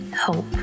hope